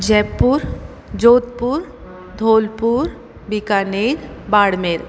Jaipur Jodhpur Dholpur Bikaner Barmer